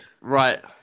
right